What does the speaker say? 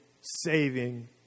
saving